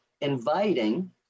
inviting